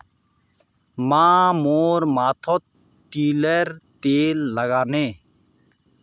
माँ मोर माथोत तिलर तेल लगाले